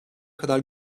kadar